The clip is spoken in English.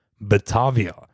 Batavia